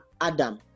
adam